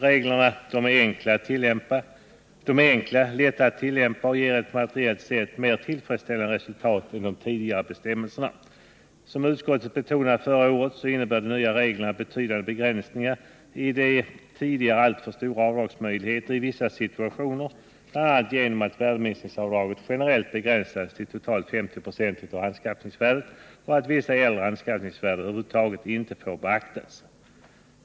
Reglerna är enkla, lätta att tillämpa och ger ett, materiellt sett, mer tillfredsställande resultat än tidigare bestämmelser. Som utskottet betonade förra året innebär de nya reglerna betydande begränsningar i de tidigare i vissa situationer alltför stora avdragsmöjligheterna, bl.a. genom att värdeminskningsavdraget generellt begränsas till totalt 50 96 av anskaffningsvärdet och vissa äldre anskaffningsvärden över huvud taget inte får beaktas.